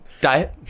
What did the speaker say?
diet